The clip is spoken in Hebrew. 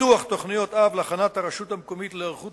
פיתוח תוכניות-אב להכנת הרשות המקומית להיערכות